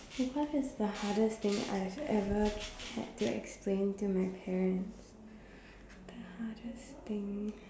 what is the hardest thing I have ever had to explain to my parents what's the hardest thing